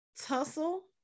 tussle